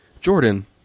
Jordan